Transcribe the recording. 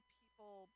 people